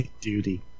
Duty